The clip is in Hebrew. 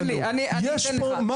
תן לי לסיים ואני אתן לך.